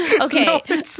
Okay